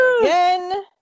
again